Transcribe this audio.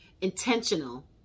intentional